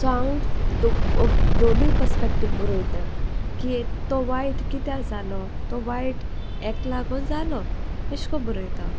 so हांव दोनूय perspective बोरोयता की तो वायट कित्या जालो तो वायट एक लागोन जालो एशको बोरोयता